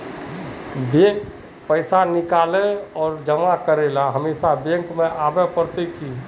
पैसा निकाले आर जमा करेला हमेशा बैंक आबेल पड़ते की?